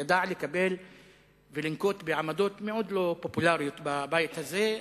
הוא ידע לקבל ולנקוט עמדות מאוד לא פופולריות בבית הזה,